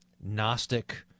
Gnostic